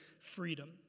freedom